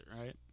right